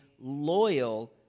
loyal